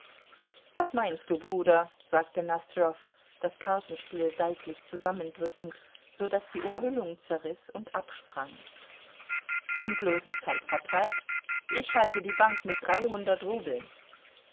was meinst du bruder sagte nosdrjow das kartenspiel seitlich zusammendrückend so daß die umhüllung zerriß und absprang zum bloßen zeitvertreib ich halte die bank mit dreihundert rubeln